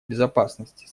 безопасности